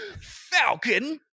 Falcon